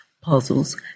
puzzles